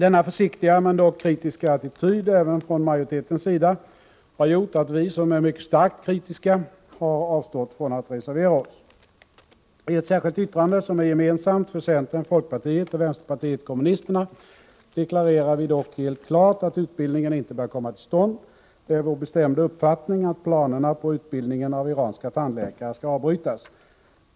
Denna försiktiga men dock kritiska attityd även från majoritetens sida har gjort att vi som är mycket starkt kritiska har avstått från att reservera OSS. I ett särskilt yttrande som är gemensamt för centern, folkpartiet och vänsterpartiet kommunisterna deklarerar vi dock helt klart att utbildningen inte bör komma till stånd. Det är vår bestämda uppfattning att planerna på utbildningen av iranska tandläkare skall avbrytas.